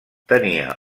tenia